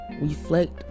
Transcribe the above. reflect